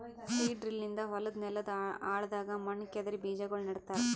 seed drill ನಿಂದ ಹೊಲದ್ ನೆಲದ್ ಆಳದಾಗ್ ಮಣ್ಣ ಕೆದರಿ ಬೀಜಾಗೋಳ ನೆಡ್ತಾರ